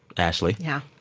ashley yeah.